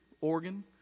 organ